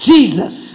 Jesus